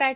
पॅट